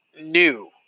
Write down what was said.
new